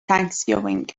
thanksgiving